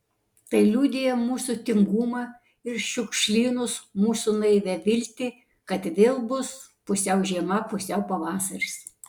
tai liudija mūsų tingumą ir šiukšlynus mūsų naivią viltį kad vėl bus pusiau žiema pusiau pavasaris